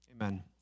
Amen